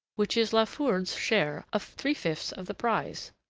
which is la foudre's share of three fifths of the prize,